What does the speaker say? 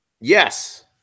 Yes